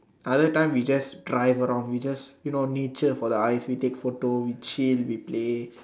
other time we just drive around you just you know nature the eyes we just take photo we chill we play